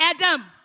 Adam